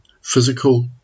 physical